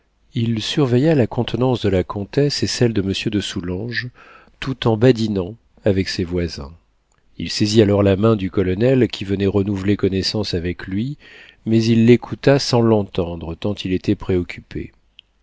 il surveilla la contenance de la comtesse et celle de monsieur de soulanges tout en badinant avec ses voisins il saisit alors la main du colonel qui venait renouveler connaissance avec lui mais il l'écouta sans l'entendre tant il était préoccupé